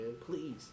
Please